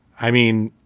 i mean,